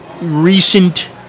recent